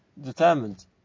determined